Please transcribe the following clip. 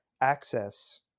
access